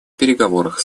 переговорах